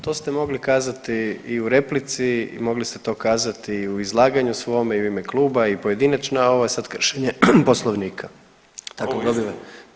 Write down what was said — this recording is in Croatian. To ste mogli kazati i u replici i mogli ste to kazati i u izlaganju svome i u ime kluba i pojedinačno, a ovo je sad kršenje Poslovnika tako da ... [[Upadica se ne čuje.]] dobivate.